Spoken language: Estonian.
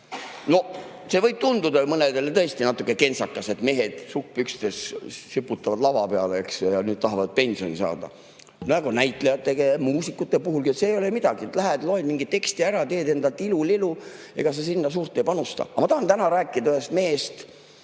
No see võib tunduda ju mõnele tõesti natuke kentsakas, et mehed sukkpükstes siputavad lava peal, eks ole, ja nüüd tahavad pensioni saada. Nagu näitlejate ja muusikute puhulgi, et see ei ole ju midagi, lähed ja loed mingi teksti ära, teed enda tilu‑lilu, ega sa sinna suurt ei panusta. Aga ma tahan täna rääkida ühest mehest,